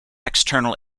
external